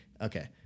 Okay